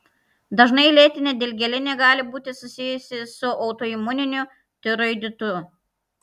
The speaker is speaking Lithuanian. dažnai lėtinė dilgėlinė gali būti susijusi su autoimuniniu tiroiditu